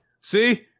see